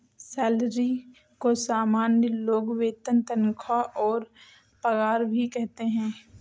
salary को सामान्य लोग वेतन तनख्वाह और पगार भी कहते है